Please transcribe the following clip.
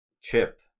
chip